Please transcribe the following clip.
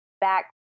back